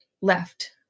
left